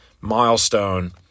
milestone